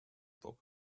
book